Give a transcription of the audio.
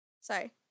Sorry